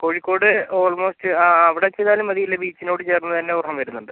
Kozhikode almost ആ ആ അവിടെ ചെയ്താലും മതി ഇല്ലെങ്കിൽ ബീച്ചിനോട് ചേർന്നുതന്നെ ഒരെണ്ണം വരുന്നുണ്ട്